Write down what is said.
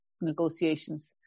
negotiations